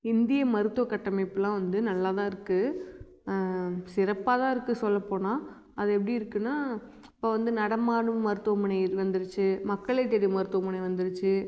இந்திய மருத்துவக் கட்டமைப்புலாம் வந்து நல்லா தான் இருக்கு சிறப்பாகதான் இருக்கு சொல்லப்போனால் அது எப்படி இருக்குன்னா இப்போ வந்து நடமாடும் மருத்துவமனை வந்துருச்சு மக்களைத்தேடி மருத்துவமனை வந்துருச்சு